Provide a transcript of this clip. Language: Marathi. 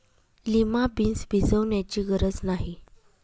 लिमा बीन्स भिजवण्याची गरज नाही